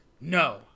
no